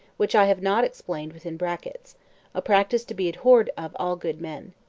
which i have not explained within brackets a practice to be abhorred of all good men.